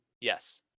Yes